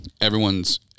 everyone's –